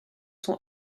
son